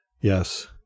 Yes